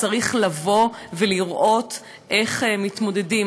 צריך לבוא ולראות איך מתמודדים.